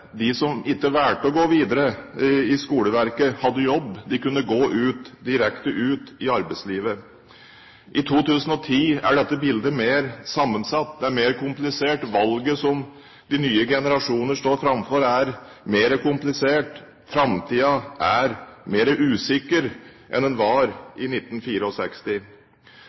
de som ikke valgte å gå videre i skoleverket, hadde jobb. De kunne gå direkte ut i arbeidslivet. I 2010 er dette bildet mer sammensatt, det er mer komplisert. Valget som de nye generasjoner står framfor, er mer komplisert. Framtiden er mer usikker enn den var i